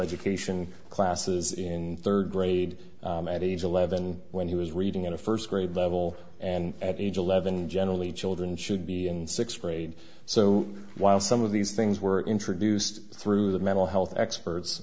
education classes in third grade at age eleven when he was reading at a first grade level and at age eleven generally children should be and sixth grade so while some of these things were introduced through the mental health experts